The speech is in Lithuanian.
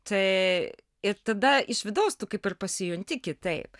tai ir tada iš vidaus tu kaip ir pasijunti kitaip